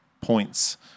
points